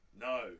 No